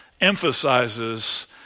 emphasizes